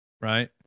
right